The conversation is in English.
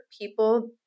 people